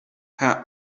her